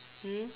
hmm